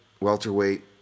welterweight